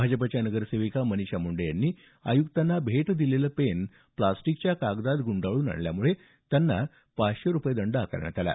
भाजपच्या नगरसेविका मनिषा मुंडे यांनी आयुक्तांना भेट दिलेलं पेन प्लास्टिकच्या कागदात गुंडाळून आणल्यामुळे त्यांना पाचशे रूपये दंड आकारण्यात आला